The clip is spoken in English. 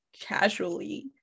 casually